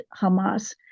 Hamas